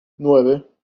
nueve